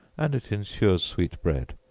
and it insures sweet bread,